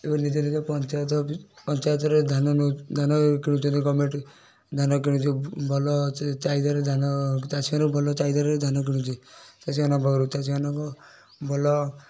ଏବେ ନିଜ ନିଜ ପଞ୍ଚାୟତ ଅଫିସ୍ ପଞ୍ଚାୟତରେ ଧାନ ନେଉ ଧାନ କିଣୁଛନ୍ତି ଗର୍ମେଣ୍ଟ୍ ଧାନ କିଣୁଛି ଭଲ ଚାହିଦାରେ ଧାନ ଚାଷୀମାନଙ୍କୁ ଭଲ ଚାହିଦାରେ ଧାନ କିଣୁଛି ଚାଷୀମାନଙ୍କ ପାଖରୁ ଚାଷୀମାନଙ୍କୁ ଭଲ